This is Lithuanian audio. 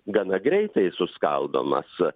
gana greitai suskaldomas